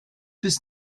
bis